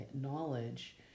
knowledge